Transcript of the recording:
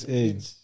age